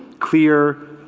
clear